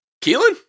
Keelan